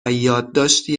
یادداشتی